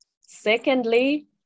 Secondly